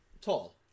Tall